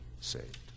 saved